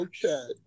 Okay